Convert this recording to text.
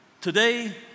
Today